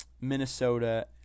Minnesota